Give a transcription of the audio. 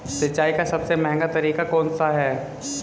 सिंचाई का सबसे महंगा तरीका कौन सा है?